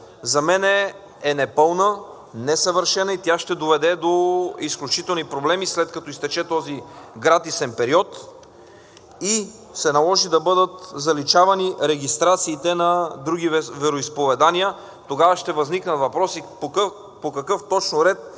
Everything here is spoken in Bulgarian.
за мен е непълна, несъвършена и тя ще доведе до изключителни проблеми, след като изтече този гратисен период и се наложи да бъдат заличавани регистрациите на други вероизповедания. Тогава ще възникнат въпроси по какъв точно ред